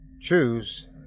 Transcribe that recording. Choose